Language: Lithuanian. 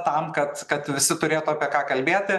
tam kad kad visi turėtų apie ką kalbėti